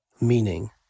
meaning